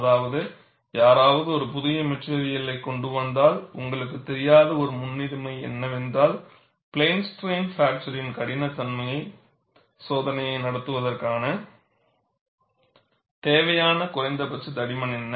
அதாவது யாராவது ஒரு புதிய மெட்டிரியலைக் கொண்டு வந்தால் உங்களுக்குத் தெரியாத ஒரு முன்னுரிமை என்னவென்றால் பிளேன் ஸ்ட்ரைன் பிராக்சரின் கடினத்தன்மை சோதனையை நடத்துவதற்குத் தேவையான குறைந்தபட்ச தடிமன் என்ன